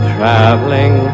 Traveling